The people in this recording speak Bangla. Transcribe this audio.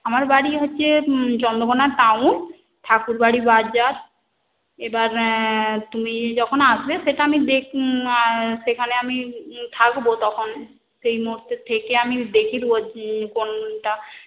আমার বাড়ি হচ্ছে চন্দ্রকোণা টাউন ঠাকুরবাড়ি বাজার এবার তুমি যখন আসবে সেটা আমি দেখি সেখানে আমি থাকব তখন সেই মুহূর্তে থেকে আমি দেখিয়ে দেব কোনটা